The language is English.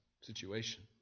situation